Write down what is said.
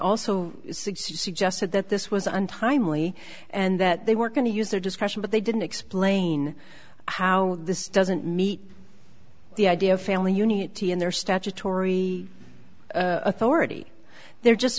also suggested that this was untimely and that they were going to use their discretion but they didn't explain how this doesn't meet the idea of family unity in their statutory authority they're just